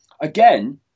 again